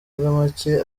make